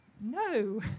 no